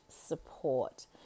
support